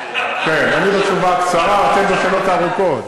כן, אני בתשובה הקצרה, אתם בשאלות הארוכות.